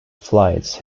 flights